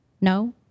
No